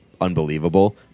unbelievable